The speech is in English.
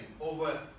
over